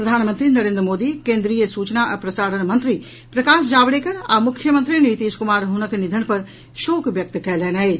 प्रधानमंत्री नरेन्द्र मोदी केन्द्रीय सूचना आ प्रसारण मंत्री प्रकाश जावड़ेकर आ मुख्यमंत्री नीतीश कुमार हुनक निधन पर शोक व्यक्त कयलनि अछि